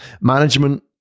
management